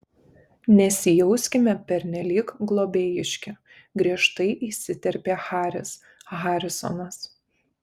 nesijauskime pernelyg globėjiški griežtai įsiterpė haris harisonas